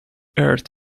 earth